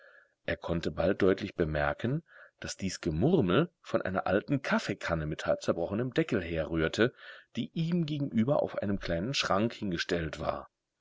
er konnte bald deutlich bemerken daß dies gemurmel von einer alten kaffeekanne mit halbzerbrochenem deckel herrührte die ihm gegenüber auf einem kleinen schrank hingestellt war